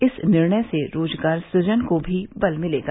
इस निर्णय से रोज़गार सूजन को भी बल मिलेगा